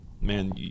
man